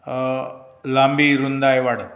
लांबी रुंदाय वाडप